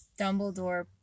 Dumbledore